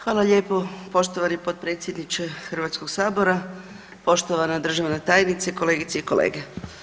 Hvala lijepo, poštovani potpredsjedniče Hrvatskog sabora, poštovana državna tajnice, kolegice i kolege.